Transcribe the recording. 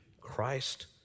Christ